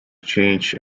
change